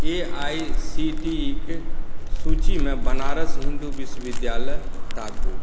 A I C T E के सूचीमे बनारस हिन्दू विश्वविद्यालय ताकू